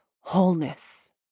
wholeness